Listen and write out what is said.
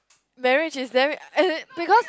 marriage is damn as in because